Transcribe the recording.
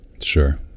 sure